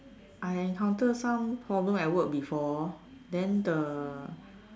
I encounter some problem at work before then the